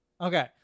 Okay